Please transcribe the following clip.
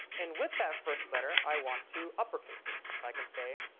and with that first letter, i want to uppercase it. so i can say,